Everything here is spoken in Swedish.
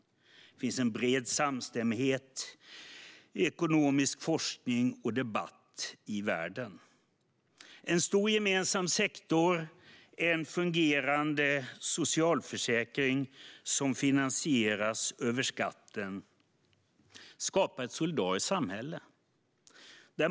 Det finns en bred samstämmighet om detta i ekonomisk forskning och debatt i världen. En stor gemensam sektor och en fungerande socialförsäkring som finansieras genom skatter skapar ett solidariskt samhälle.